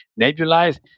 nebulized